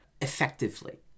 effectively